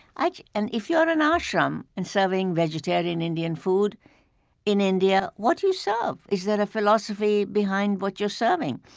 like and if you're in an ashram and serving vegetarian indian food in india, what do you serve? is there a philosophy behind what you're serving?